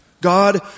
God